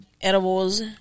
edibles